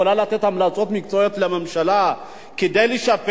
יכולה לתת הצעות מקצועיות לממשלה כדי לשפר